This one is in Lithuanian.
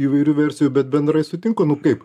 įvairių versijų bet bendrai sutinku nu kaip